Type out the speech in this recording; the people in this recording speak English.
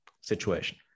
situation